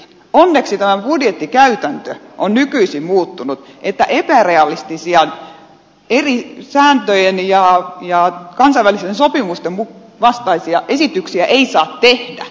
onneksi tämä budjettikäytäntö on nykyisin muuttunut että epärealistisia eri sääntöjen ja kansainvälisten sopimusten vastaisia esityksiä ei saa tehdä